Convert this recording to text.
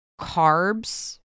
carbs